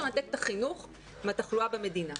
לנתק את החינוך מהתחלואה במדינה.